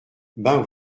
ben